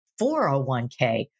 401k